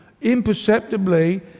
imperceptibly